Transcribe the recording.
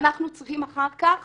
שאנחנו צריכים אחר כך